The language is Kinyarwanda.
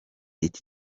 iki